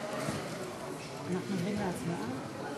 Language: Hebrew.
אנחנו עוברים להצבעה על